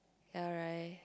ya right